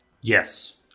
Yes